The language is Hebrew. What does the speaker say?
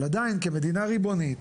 אבל עדיין, כמדינה ריבונית